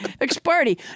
X-Party